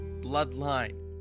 bloodline